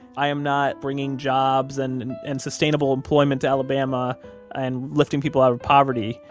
i am not bringing jobs and and and sustainable employment to alabama and lifting people out of poverty.